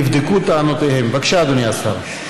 בבקשה, אדוני השר.